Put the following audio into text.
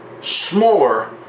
smaller